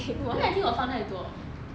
then I think 我放太多